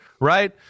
right